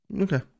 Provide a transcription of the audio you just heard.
Okay